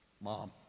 mom